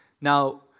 Now